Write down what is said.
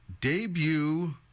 debut